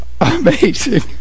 Amazing